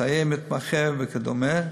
סייעי מתמחה וכדומה,